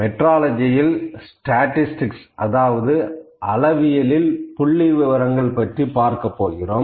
மெட்ரோலஜியில் statistics அதாவது அளவியல் புள்ளி விவரங்கள் பற்றி பார்க்க போகிறோம்